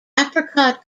apricot